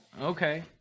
okay